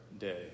day